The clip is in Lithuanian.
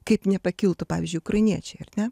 kaip nepakiltų pavyzdžiui ukrainiečiai ar ne